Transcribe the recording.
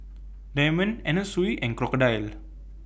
Diamond Anna Sui and Crocodile